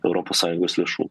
europos sąjungos lėšų